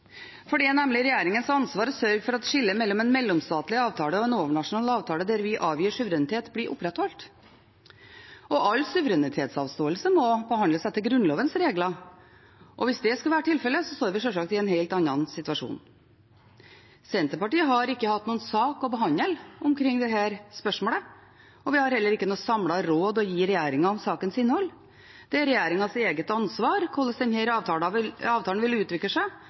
for det er nemlig regjeringens ansvar å sørge for at skillet mellom en mellomstatlig avtale og en overnasjonal avtale der vi avgir suverenitet, blir opprettholdt. All suverenitetsavståelse må behandles etter Grunnlovens regler, og hvis det skulle være tilfellet, står vi sjølsagt i en helt annen situasjon. Senterpartiet har ikke hatt noen sak å behandle omkring dette spørsmålet, og vi har heller ikke noe samlet råd å gi regjeringen om sakens innhold. Det er regjeringens eget ansvar hvordan denne avtalen vil utvikle seg,